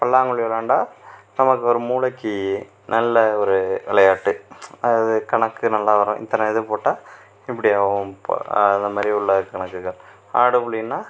பல்லாங்குழி விளையாண்டால் நமக்கு ஒரு மூளைக்கு நல்ல ஒரு விளையாட்டு அது கணக்கு நல்லா வரும் இத்தனை இது போட்டால் இப்படி ஆகும் அதை மாதிரி உள்ள கணக்குகள் ஆடுபுலினால்